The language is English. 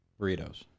burritos